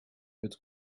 het